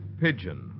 Pigeon